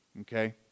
Okay